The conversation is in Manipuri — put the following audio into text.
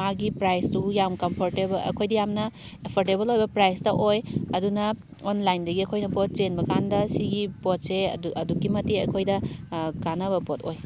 ꯃꯥꯒꯤ ꯄ꯭ꯔꯥꯏꯁꯇꯨ ꯌꯥꯝ ꯀꯝꯐꯣꯔꯇꯦꯕꯜ ꯑꯩꯈꯣꯏꯗ ꯌꯥꯝꯅ ꯑꯦꯐꯣꯔꯗꯦꯕꯜ ꯑꯣꯏꯕ ꯄ꯭ꯔꯥꯏꯁꯇ ꯑꯣꯏ ꯑꯗꯨꯅ ꯑꯣꯟꯂꯥꯏꯟꯗꯒꯤ ꯑꯩꯈꯣꯏꯅ ꯄꯣꯠ ꯆꯦꯟꯕ ꯀꯥꯟꯗ ꯁꯤꯒꯤ ꯄꯣꯠꯁꯦ ꯑꯗꯨꯒꯤ ꯃꯇꯤꯛ ꯑꯩꯈꯣꯏꯗ ꯀꯥꯟꯅꯕ ꯄꯣꯠ ꯑꯣꯏ